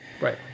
right